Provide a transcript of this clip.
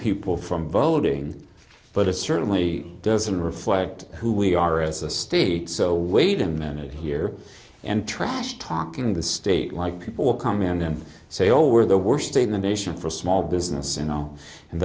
people from voting but it certainly doesn't reflect who we are as a state so wait a minute here and trash talking the state like people will come in and say oh we're the worst in the nation for small business you know and